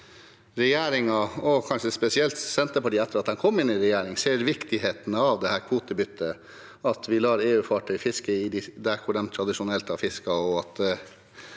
regjeringen, kanskje spesielt Senterpartiet etter at de kom inn i regjering, ser viktigheten av dette kvotebyttet – at vi lar EU-fartøyer fiske der de tradisjonelt har fisket,